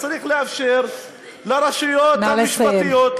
אז צריך לאפשר לרשויות המשפטיות,